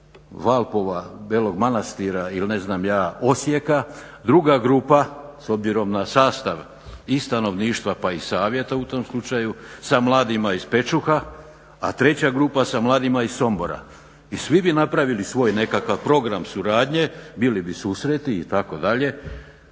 Valpova, Belog Manastira ili ne znam ja Osijeka, druga grupa s obzirom na sastav i stanovništva pa i savjeta u tom slučaju sa mladima iz Pečuha, a treća grupa sa mladima iz Sombora i svi bi napravili svoj nekakav program suradnje, bili bi susreti itd.